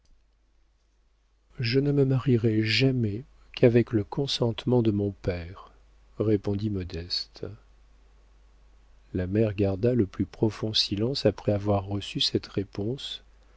je ne me marierai jamais qu'avec le consentement de mon père répondit modeste la mère garda le plus profond silence après avoir reçu cette réponse